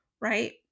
right